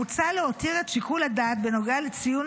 מוצע להותיר את שיקול הדעת בנוגע לציון